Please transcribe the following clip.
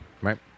Right